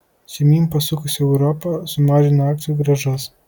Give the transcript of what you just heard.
žemyn pasukusi europa sumažino akcijų grąžas